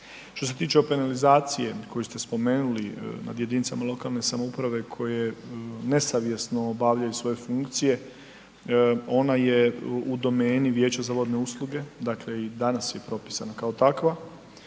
Što se tiče penalizacije koju ste spomenuli nad jedinicama lokalne samouprave koje nesavjesno obavljaju svoje funkcije, ona je u domeni Vijeća za vodne usluge, dakle, i danas je propisana kao takva,